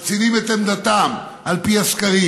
הם מקצינים את עמדתם על פי הסקרים.